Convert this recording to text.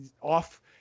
off